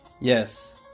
yes